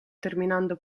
terminando